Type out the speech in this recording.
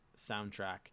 soundtrack